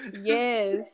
Yes